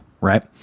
right